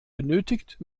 benötigt